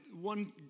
One